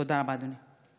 תודה רבה, אדוני.